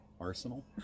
arsenal